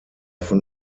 von